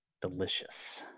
Delicious